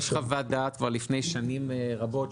יש חוות דעת כבר לפני שנים רבות,